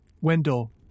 Wendell